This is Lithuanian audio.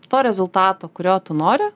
to rezultato kurio tu nori